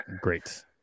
great